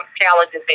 challenges